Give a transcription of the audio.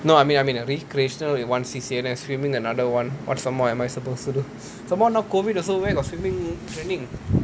no I mean I mean recreational is one C_C_A then swimming another one what some more am I supposed to do some more now COVID also where got swimming training